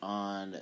on